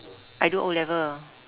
I do O-level